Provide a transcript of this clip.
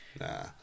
Nah